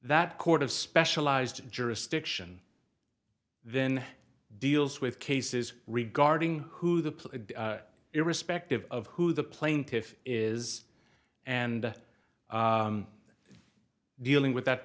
that court of specialized jurisdiction then deals with cases regarding who the irrespective of who the plaintiff is and dealing with that